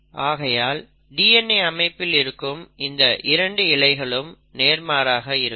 ஆகையால் DNA அமைப்பில் இருக்கும் இந்த இரண்டு இழைகளும் நேர்மாறாக இருக்கும்